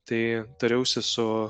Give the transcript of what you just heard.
tai tariausi su